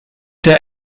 der